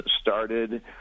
started –